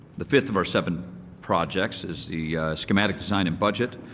the fifth of our seven projects is the schematic design and budget.